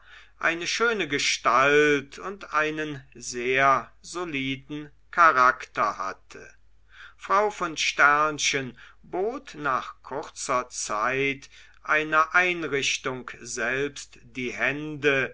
eine schöne gestalt und einen sehr soliden charakter hatte frau von bot nach kurzer zeit einer einrichtung selbst die hände